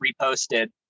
reposted